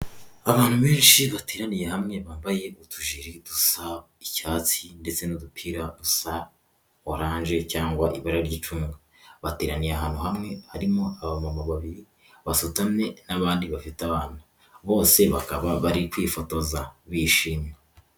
Abantu benshi bateraniye hamwe bambaye utujiri duza icyatsi ndetse n'udupira za oranje cyangwa ibara ry'icunga bateraniye ahantu hamwe harimo abagabo babiri bafatanye n'abandi bafite abana bose bakaba bari kwifotoza bishimye.